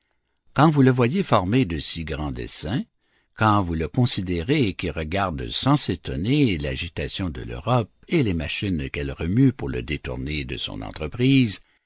quand vous le voyez former de si grands desseins quand vous le considérez qui regarde sans s'étonner l'agitation de l'europe et les machines qu'elle remue pour le détourner de son entreprise